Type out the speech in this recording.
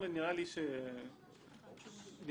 אחרי האפיון והפיתוח,